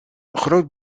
groot